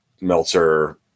Meltzer